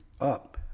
up